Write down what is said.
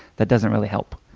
that doesn't really help.